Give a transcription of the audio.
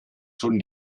schon